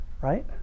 Right